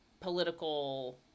political